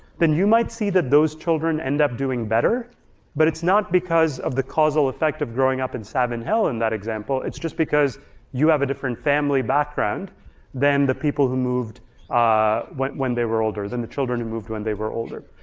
then you might see that those children end up doing better but it's not because of the causal effect of growing up in savin hill in that example, it's just because you have a different family background than the people who moved ah when when they were older, than the children who moved when they were older.